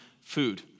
food